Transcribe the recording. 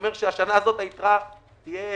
השנה הזאת היתרה תהיה